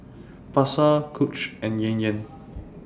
Pasar Coach and Yan Yan